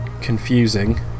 confusing